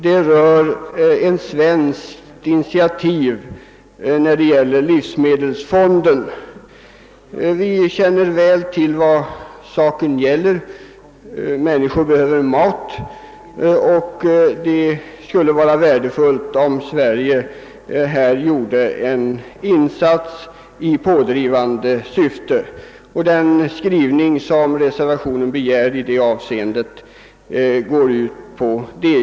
Det gäller ett svenskt initiativ i fråga om FN:s livsmedelsfond. Vi känner väl alla till vad saken rör. Människor behöver mat, och det skulle vara värdefullt om Sve rige här gjorde en insats i pådrivande riktning. Den skrivning som begärs i reservationen går ut på det.